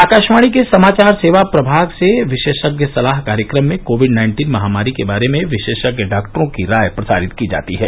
आकाशवाणी के समाचार सेवा प्रभाग से विशेषज्ञ सलाह कार्यक्रम में कोविड नाइन्टीन महामारी के बारे में विशेषज्ञ डॉक्टरों की राय प्रसारित की जाती है